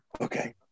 Okay